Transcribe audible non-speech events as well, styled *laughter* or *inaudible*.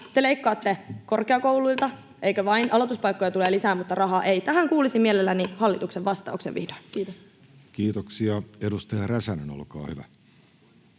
Te leikkaatte korkeakouluilta, eikö vain? *noise* Aloituspaikkoja tulee lisää mutta rahaa ei. Tähän kuulisin mielelläni *noise* hallituksen vastauksen vihdoin. — Kiitos. Kiitoksia. — Edustaja Räsänen, olkaa hyvä.